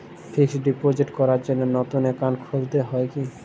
Fix deposit করার জন্য নতুন অ্যাকাউন্ট খুলতে হয় কী?